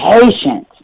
patience